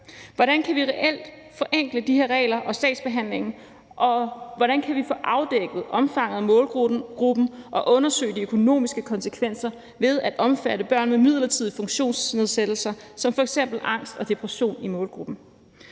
Hvordan kan vi reelt forenkle de her regler og sagsbehandlingen? Og hvordan kan vi få afdækket omfanget af målgruppen og få undersøgt de økonomiske konsekvenser ved at omfatte børn med midlertidige funktionsnedsættelser som f.eks. angst og depression af målgruppen?